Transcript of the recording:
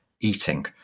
eating